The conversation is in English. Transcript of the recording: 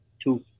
Two